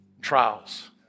Trials